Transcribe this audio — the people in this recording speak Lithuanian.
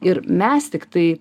ir mes tiktai